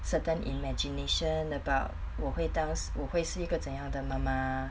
certain imagination about 我会当我会是一个怎样的 mama